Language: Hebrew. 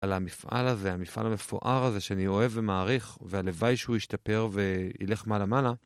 על המפעל הזה, המפעל המפואר הזה שאני אוהב ומעריך, והלוואי שהוא ישתפר וילך מעלה-מעלה.